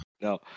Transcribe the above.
No